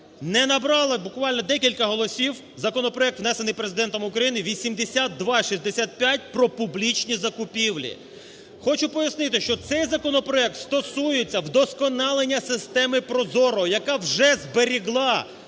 не набрав буквально декілька голосів законопроект, внесений Президентом України, 8265 про публічні закупівлі. Хочу пояснити, що цей законопроект стосується вдосконалення системиProZorro, яка вже зберегла